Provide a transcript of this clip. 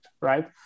Right